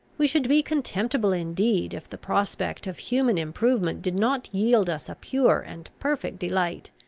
we should be contemptible indeed if the prospect of human improvement did not yield us a pure and perfect delight,